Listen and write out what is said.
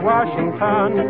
Washington